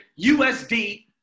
USD